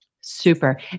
Super